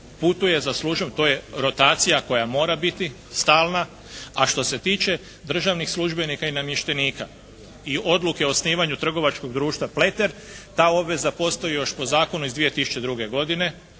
putuje za službom, to je rotacija koja mora biti stalna, a što se tiče državnih službenika i namještenika i odluke o osnivanju trgovačkog društva "Pleter" ta obveza postoji još po zakonu iz 2002. godine,